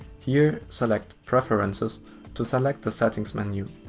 here, select preferences to select the settings menu.